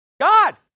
God